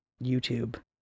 YouTube